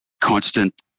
constant